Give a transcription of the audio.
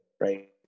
right